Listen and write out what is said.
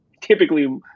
typically